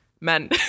men